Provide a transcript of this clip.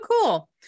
cool